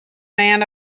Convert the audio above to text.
man